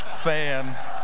fan